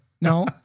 No